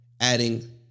Adding